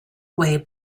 way